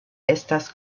estas